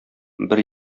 бер